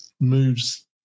moves